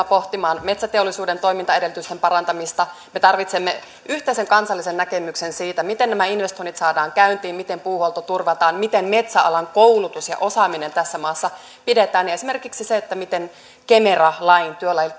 pohtimaan metsäteollisuuden toimintaedellytysten parantamista me tarvitsemme yhteisen kansallisen näkemyksen siitä miten nämä investoinnit saadaan käyntiin miten puuhuolto turvataan miten metsäalan koulutus ja osaaminen tässä maassa pidetään ja esimerkiksi siitä miten kemera laki